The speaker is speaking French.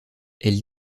elle